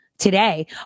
today